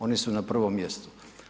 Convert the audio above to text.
Oni su na prvom mjestu.